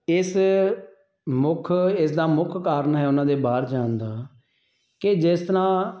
ਇਸ ਮੁੱਖ ਇਸ ਦਾ ਮੁੱਖ ਕਾਰਨ ਹੈ ਉਹਨਾਂ ਦੇ ਬਾਹਰ ਜਾਣ ਦਾ ਕਿ ਜਿਸ ਤਰ੍ਹਾਂ